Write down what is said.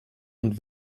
und